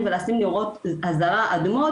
אבל נגיד מישהו מארצות הברית דיבר,